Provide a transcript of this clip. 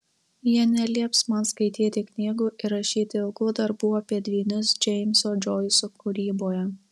jie nelieps man skaityti knygų ir rašyti ilgų darbų apie dvynius džeimso džoiso kūryboje